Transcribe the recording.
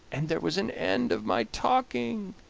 and there was an end of my talking!